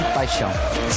paixão